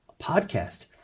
podcast